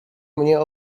mnie